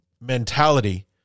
mentality